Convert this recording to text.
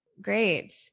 Great